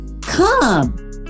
come